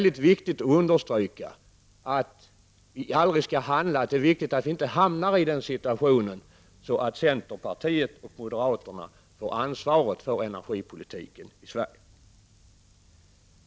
Det skall understrykas att det är viktigt att vi inte hamnar i en situation där centerpartister och moderater får ansvar för energipolitiken i Sverige.